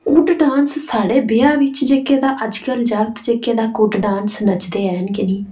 कुड्ड डांस साढ़े ब्याह् बिच जेहके तां अजकल जागत जेह्के तां कुड्ड डांस नचदे हैन गै नेईं